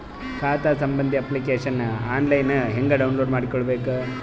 ಖಾತಾ ಸಂಬಂಧಿ application online ಹೆಂಗ್ ಡೌನ್ಲೋಡ್ ಮಾಡಿಕೊಳ್ಳಬೇಕು?